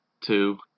two